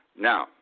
now